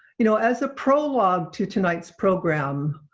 you know as a prologue to tonight's program,